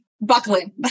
buckling